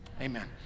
Amen